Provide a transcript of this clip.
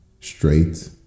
straight